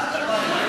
אתה בא אלי בטענה?